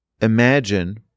imagine